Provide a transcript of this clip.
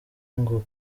ngo